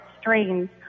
strains